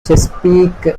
chesapeake